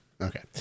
Okay